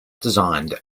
designed